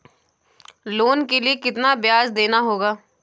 Loan के लिए कितना ब्याज देना होगा?